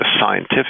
scientific